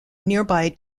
nearby